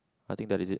I think that is it